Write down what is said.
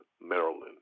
Maryland